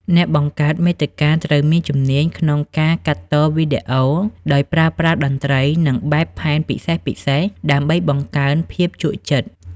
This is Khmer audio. អ្នកបង្កើតមាតិកាត្រូវមានជំនាញក្នុងការកាត់តវីដេអូ ដោយប្រើប្រាស់តន្ត្រី និងបែបផែនពិសេសៗដើម្បីបង្កើនភាពជក់ចិត្ត។